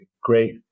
great